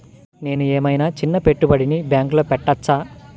నేను ఏమయినా చిన్న పెట్టుబడిని బ్యాంక్లో పెట్టచ్చా?